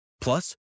Plus